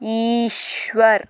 Eshwar